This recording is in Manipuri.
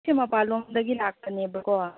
ꯁꯤ ꯃꯄꯥꯟ ꯂꯣꯝꯗꯒꯤ ꯂꯥꯛꯄꯅꯦꯕꯀꯣ